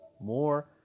more